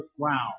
ground